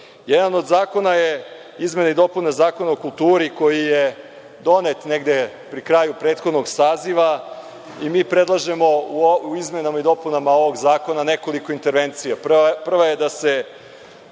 od zakona su izmene i dopune Zakona o kulturi, koji je donet negde pri kraju prethodnog saziva, i mi predlažemo u izmenama i dopunama ovog Zakona nekoliko intervencija. Prva je da se